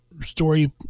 story